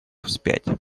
вспять